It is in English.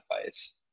advice